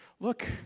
look